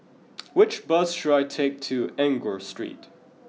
which bus should I take to Enggor Street